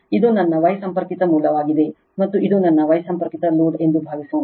ಇದು ನನ್ನ Y ಸಂಪರ್ಕಿತ ಮೂಲವಾಗಿದೆ ಮತ್ತು ಇದು ನನ್ನ Y ಸಂಪರ್ಕಿತ ಲೋಡ್ ಎಂದು ಭಾವಿಸೋಣ